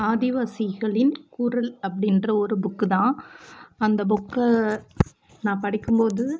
ஆதிவாசிகளின் குரல் அப்படின்ற ஒரு புக்கு தான் அந்த புக்கை நான் படிக்கும்போது